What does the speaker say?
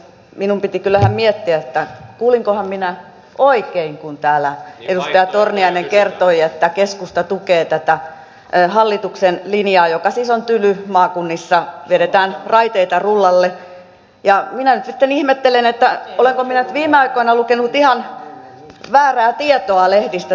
minun piti kyllä ihan miettiä että kuulinkohan minä oikein kun täällä edustaja torniainen kertoi että keskusta tukee tätä hallituksen linjaa joka siis on tyly maakunnissa vedetään raiteita rullalle ja minä nyt sitten ihmettelen että olenko minä nyt viime aikoina lukenut ihan väärää tietoa lehdistä